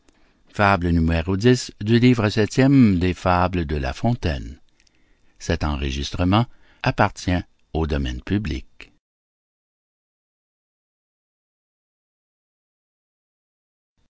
de la fontaine